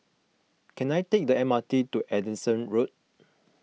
can I take the M R T to Anderson Road